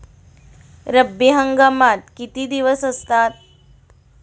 रब्बी हंगामात किती दिवस असतात?